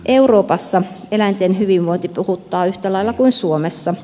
euroopassa eläinten hyvinvointi puhuttaa yhtä lailla kuin suomessa